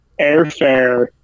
airfare